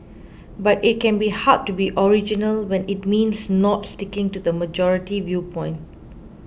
but it can be hard to be original when it means not sticking to the majority viewpoint